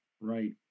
right